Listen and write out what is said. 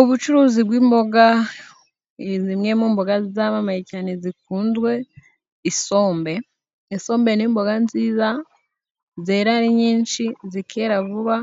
Ubucuruzi bw'imboga ,zimwe mu mboga zamamaye cyane zikunzwe isombe. Isombe ni imboga nziza zera ari nyinshi, zikera vuba,